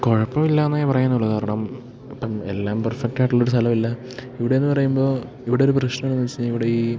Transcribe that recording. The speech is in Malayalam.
കുഴപ്പം ഇല്ലാന്നേ പറയാനുള്ളൂ കാരണം ഇപ്പം എല്ലാം പെർഫെക്റ്റായിട്ട് ഉള്ളൊരു സ്ഥലവില്ല ഇവിടെന്ന് പറയുമ്പോൾ ഇവിടൊരു പ്രശ്നമെന്ന് വെച്ചാൽ ഇവിടെ ഈ